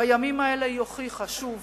בימים האלה היא הוכיחה שוב